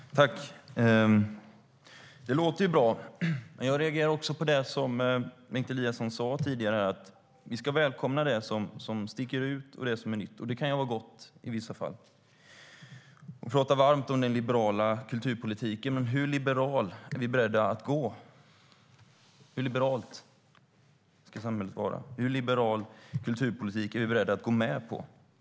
Herr talman! Det låter ju bra. Men jag reagerade också på det som Bengt Eliasson sa tidigare, att vi ska välkomna det som sticker ut och det som är nytt. Det kan vara gott i vissa fall. Han pratar varmt om den liberala kulturpolitiken, men hur liberala är ni beredda att vara? Hur liberalt ska samhället vara? Hur liberal kulturpolitik är vi beredda att gå med på?